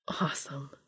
Awesome